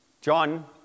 John